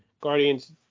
Guardians